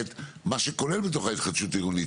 מה שכולל בתוך ההתחדשות העירונית,